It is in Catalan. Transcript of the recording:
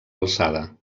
alçada